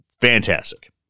fantastic